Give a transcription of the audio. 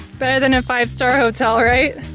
better than a five-star hotel, right?